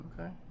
Okay